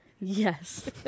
yes